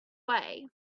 way